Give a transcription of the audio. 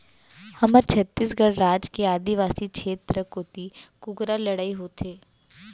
हमर छत्तीसगढ़ राज के आदिवासी छेत्र कोती कुकरा लड़ई होथे